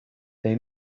they